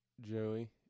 Joey